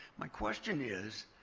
my question is,